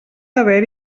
haver